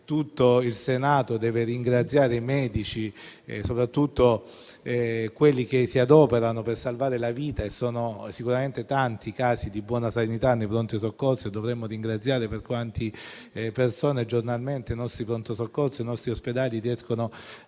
tutto il Senato dovrebbe ringraziare i medici, soprattutto quelli che si adoperano per salvare la vita e sono sicuramente tanti i casi di buona sanità nei pronto soccorso. Li dovremmo ringraziare per tutte quelle persone che giornalmente i pronto soccorso dei nostri ospedali riescono a